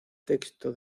texto